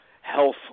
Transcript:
health